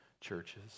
churches